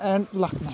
Lucknow